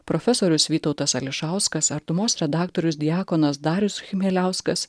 profesorius vytautas ališauskas artumos redaktorius diakonas darius chmieliauskas